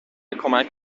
کمک